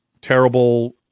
terrible